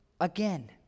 again